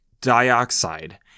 dioxide